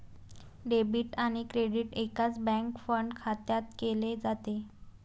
debit आणि credit एकाच bank fund खात्यात केले जाते